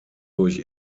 durch